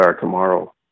tomorrow